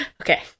Okay